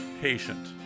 patient